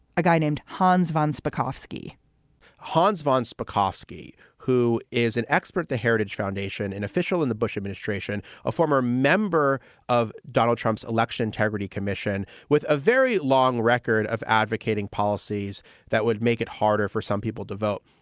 a guy named hans von spakovsky hans von spakovsky, who is an expert, the heritage foundation, an official in the bush administration, a former member of donald trump's election integrity commission, with a very long record of advocating policies that would make it harder for some people to vote,